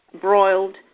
broiled